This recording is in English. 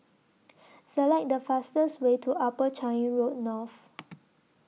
Select The fastest Way to Upper Changi Road North